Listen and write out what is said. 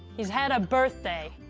he's had a birthday,